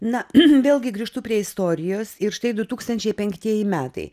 na vėlgi grįžtu prie istorijos ir štai du tūkstančiai penktieji metai